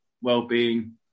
well-being